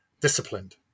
disciplined